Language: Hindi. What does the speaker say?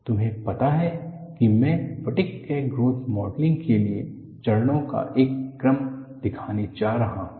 तुम्हें पता है कि मैं फटिग क्रैक ग्रोथ मॉडलिंग के लिए चरणों का एक क्रम दिखाने जा रहा हूं